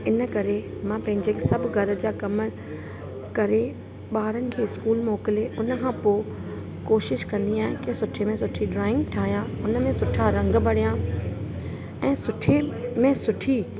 इनकरे मां पंहिंजे सभु घर जा कमु ॿारनि खे स्कूल मोकिले हुन खां पोइ कोशिश कंदी आहियां कि सुठे में सुठी ड्रॉइंग ठाहियां हुन में सुठा रंग भरियां ऐं सुठी में सुठी